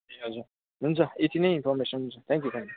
ए हजुर हुन्छ यति नै इन्फर्मेसन छ थ्याङ्कयू थ्याङ्कयू